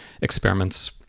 experiments